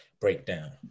breakdown